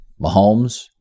Mahomes